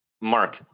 Mark